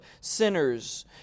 sinners